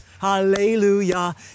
hallelujah